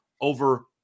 over